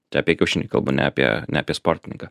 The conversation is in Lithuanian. čia apie kiaušinį kalbu ne apie ne apie sportininką